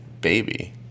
baby